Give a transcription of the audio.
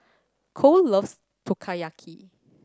Kole loves Takoyaki